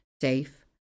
safe